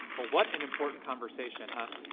well what an important conversation, huh?